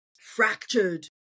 fractured